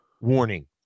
Warning